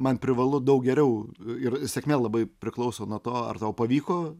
man privalu daug geriau ir sėkmė labai priklauso nuo to ar tau pavyko